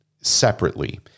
separately